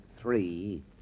three